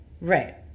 Right